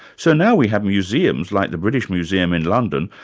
so now we have museums, like the british museum in london,